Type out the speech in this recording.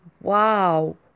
Wow